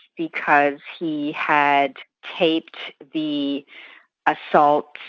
because he had taped the assaults,